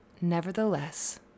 Nevertheless